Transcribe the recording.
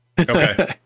okay